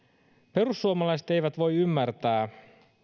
perussuomalaiset eivät voi ymmärtää